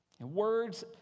Words